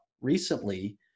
recently